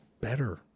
better